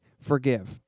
forgive